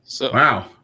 Wow